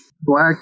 black